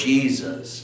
Jesus